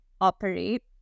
operate